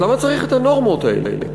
אז למה צריך את הנורמות האלה?